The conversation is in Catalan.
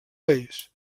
país